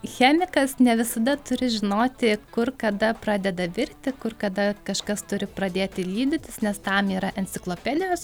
chemikas ne visada turi žinoti kur kada pradeda virti kur kada kažkas turi pradėti lydytis nes tam yra enciklopedijos